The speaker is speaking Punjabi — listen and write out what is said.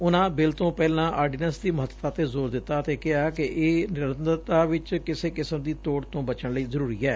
ਉਨੁਂ ਬਿਲ ਤੋਂ ਪਹਿਲਾਂ ਆਰਡੀਨੈਂਸ ਦੀ ਮਹੱਤਤਾ 'ਤੇ ਜੋਰ ਦਿੱਤਾ ਤੇ ਕਿਹਾ ਕਿ ਇਹ ਨਿਰੰਤਰਤਾ ਵਿਚ ਕਿਸੇ ਕਿਸਮ ਦੀ ਤੋੜ ਤੋਂ ਬਚਣ ਲਈ ਜਰੂਰੀ ਏ